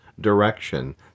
direction